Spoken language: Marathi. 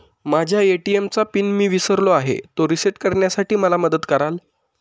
माझ्या ए.टी.एम चा पिन मी विसरलो आहे, तो रिसेट करण्यासाठी मला मदत कराल?